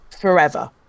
forever